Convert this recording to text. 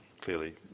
clearly